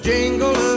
Jingle